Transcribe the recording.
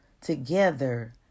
together